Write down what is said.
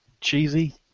Cheesy